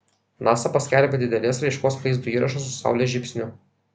nasa paskelbė didelės raiškos vaizdo įrašą su saulės žybsniu